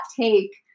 take